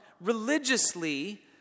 religiously